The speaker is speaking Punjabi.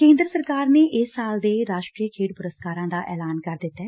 ਕੇਂਦਰ ਸਰਕਾਰ ਨੇ ਇਸ ਸਾਲ ਦੇ ਰਾਸ਼ਟਰੀ ਖੇਡ ਪੁਰਸਕਾਰਾਂ ਦਾ ਐਲਾਨ ਕਰ ਦਿੱਤੈ